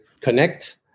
connect